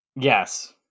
yes